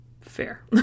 fair